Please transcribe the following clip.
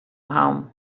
home